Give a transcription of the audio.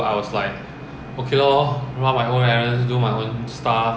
then suddenly I realized okay lor probably it's good for me to